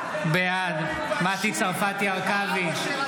בעד מטי צרפתי הרכבי,